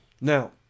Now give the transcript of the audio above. now